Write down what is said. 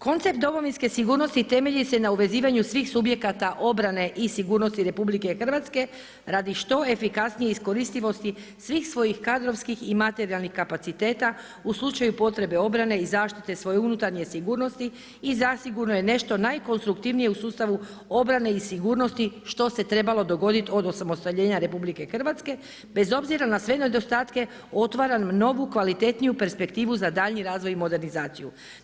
Koncept domovinske sigurnosti temelji se na uvezivanju svih subjekata obrane i sigurnosti RH radi što efikasnije iskoristivosti svih svojih kadrovskih i materijalnih kapaciteta u slučaju potrebe obrane i zaštite svoje unutarnje sigurnosti i zasigurno je nešto najkonstruktivnije u sustavu obrane i sigurnosti što se trebalo dogoditi od osamostaljenja RH bez obzira na sve nedostatke otvara novu, kvalitetniju perspektivu za daljnji razvoj i modernizaciju.